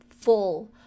full